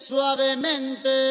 Suavemente